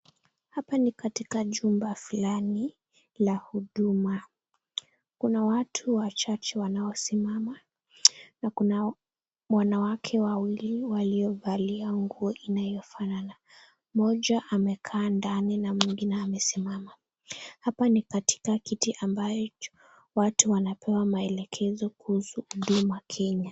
Hapa ni katika jumba fulani la huduma kuna watu wachache wanaosimama huku nao wawili waliovalia nguo inayofanana mmoja amekaa ndani na mwingine amesimama. Hapa ni katika kiti ambayo watu wanapewa maelekezo kuhusu huduma kenya.